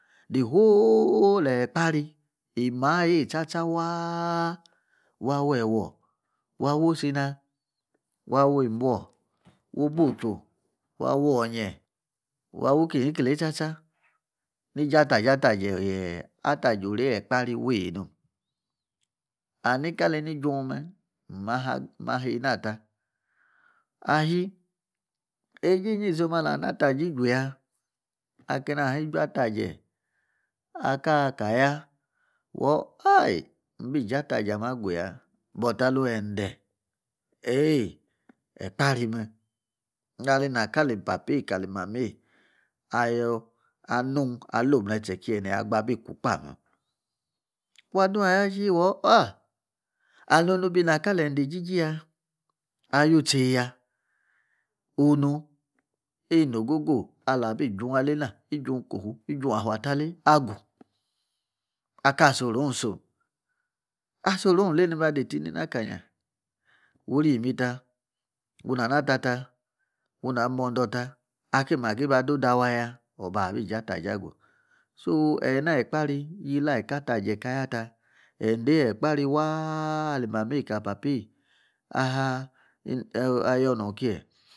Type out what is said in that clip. The whole Ekpari imaaye chacha waa' wei wor, waa' Osina, waa' Mmbow, wu bu uju, waa'Wonye. Waa wu kinyi kinyi tsa, tsa ni gi ataje, ataje yee', ataje oree' Ekpari yee' And nikali nijunme' ma maheynata ahii; ejieni isum alah ataje ijwya, kenayii ijuw ataje akaa' ka yia wor ohyii mabi gi ataje ameh kali papaa' kali mamaa' anuw' ala netse kie niagba abikw' kpame' wadun ayachii wa yor ow! and onu ina kali ende egigiya alutseya onu, inogogo' alabi juw alaina, ijuw cowu, ijun afetale' aka asorum isum, asorum anye ta inakanya wu ri yimi ta, wunana atar ta, wunani mouidoo'ta aki maggi aduda wayia wabi gi ataje aju so, i na ekpara ni ye like ateje kayata ekpaari waa' mamaa' kali papaa aha aywnokiye.